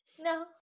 no